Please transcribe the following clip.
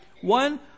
One